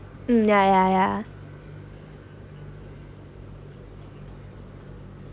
um ya ya ya